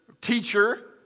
teacher